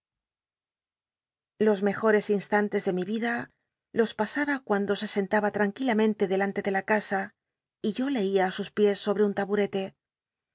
los mejores instantes de mi riela los pasaba cuand o se sentaba tlanquilamente delante de la casa y yo leía i sus piés sobe un laburelc